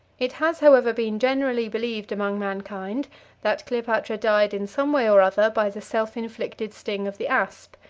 it has, however, been generally believed among mankind that cleopatra died in some way or other by the self-inflicted sting of the asp,